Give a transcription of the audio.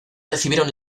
recibieron